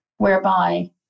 Whereby